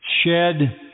shed